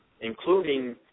including